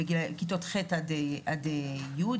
כיתות ח' עד י'.